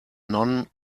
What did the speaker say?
none